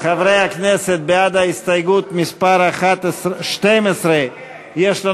קבוצת סיעת יש עתיד וקבוצת סיעת ישראל ביתנו